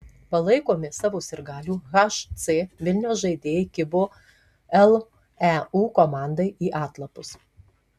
palaikomi savo sirgalių hc vilniaus žaidėjai kibo leu komandai į atlapus